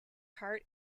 heart